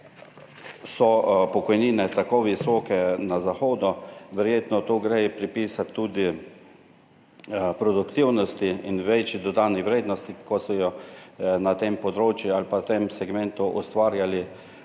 so pokojnine tako visoke na zahodu, verjetno gre to pripisati tudi produktivnosti in večji dodani vrednosti, ki so jo na tem področju ali pa v tem segmentu ustvarjali upokojenci